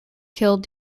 killed